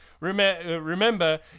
remember